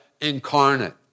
incarnate